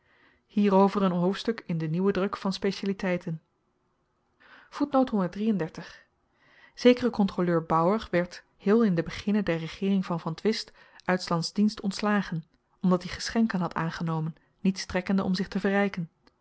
hoofdstuk in den nieuwen druk van specialiteiten zekere kontroleur bauer werd heel in den beginne der regeering van van twist uit s lands dienst ontslagen omdat i geschenken had aangenomen niet strekkende om zich te verryken